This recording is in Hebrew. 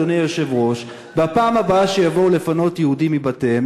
אדוני היושב-ראש: בפעם הבאה שיבואו לפנות יהודים מבתיהם,